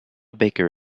baker